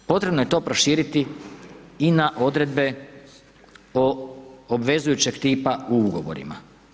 Potrebno je to proširiti i na odredbe o obvezujućeg tipa u ugovorima.